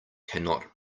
cannot